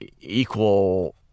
equal